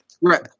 Right